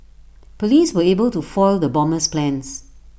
Police were able to foil the bomber's plans